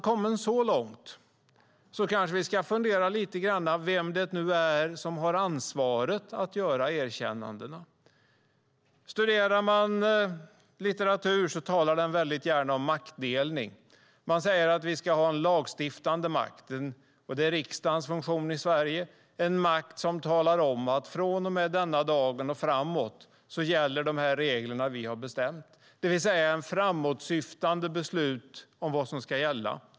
Komna så långt kanske vi ska fundera lite grann på vem det nu är som har ansvaret att göra erkännandena. Om man studerar litteratur ser man att den gärna talar om maktdelning. Den säger att vi ska ha en lagstiftande makt. Det är riksdagens funktion i Sverige. Det är makt som talar om att från och med denna dag och framåt gäller de regler som vi har bestämt, det vill säga ett framåtsyftande beslut om vad som ska gälla.